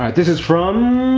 um this is from.